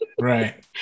Right